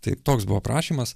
tai toks buvo prašymas